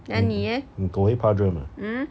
你你狗会怕热 mah